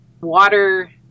water